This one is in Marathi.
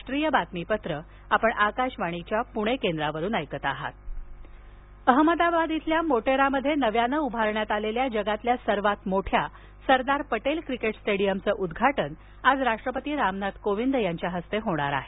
राष्ट्रपती मोटेरा अहमदाबाद इथल्या मोटेरामध्ये नव्याने उभारण्यात आलेल्या जगातल्या सर्वात मोठ्या सरदार पटेल क्रिकेट स्टेडीयमचं उद्घाटन आज राष्ट्रपती रामनाथ कोविंद यांच्या हस्ते होणार आहे